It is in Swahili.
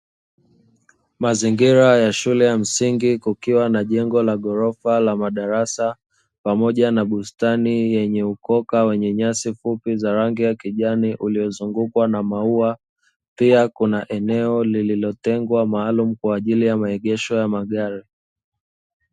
Mazingira ya shule ya msingi kukiwa na jengo la ghorofa la madarasa, pamoja na bustani yenye ukoka wenye nyasi fupi za rangi ya kijani; uliozungukwa na maua, pia kuna eneo lililotengwa maalumu kwa ajili ya maegesho ya magari.